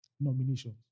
Nominations